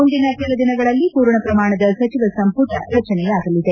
ಮುಂದಿನ ಕೆಲ ದಿನಗಳಲ್ಲಿ ಪೂರ್ಣ ಪ್ರಮಾಣದ ಸಚಿವ ಸಂಪುಟ ರಚನೆಯಾಗಲಿದೆ